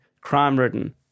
crime-ridden